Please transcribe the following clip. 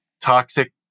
toxic